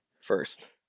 first